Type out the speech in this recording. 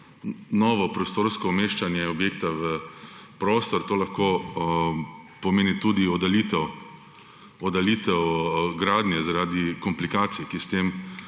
novo prostorsko umeščanje objekta v prostor, to lahko pomeni tudi oddaljitev gradnje zaradi komplikacij, ki s tem